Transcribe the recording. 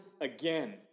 again